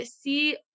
see